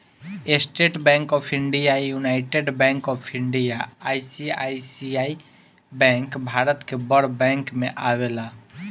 estate Bank of India, United Bank of India, ICICI bank Bharat के बड़ bank में आवेला